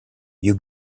you